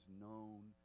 known